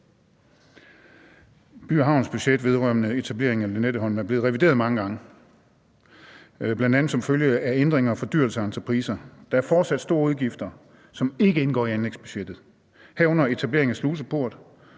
By & Havns budget vedrørende etablering af Lynetteholmen er blevet revideret mange gange, bl.a. som følge af ændringer og fordyrelser af entrepriser. Der er fortsat store udgifter, som ikke indgår i anlægsbudgettet, herunder etablering af sluseport,